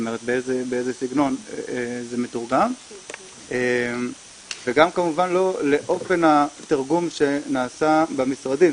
באיזה סגנון זה מתורגם וגם כמובן לא לאופן התרגום שנעשה במשרדים.